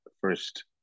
first